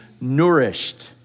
nourished